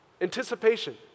Anticipation